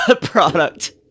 product